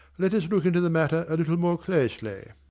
let us look into the matter a little more closely.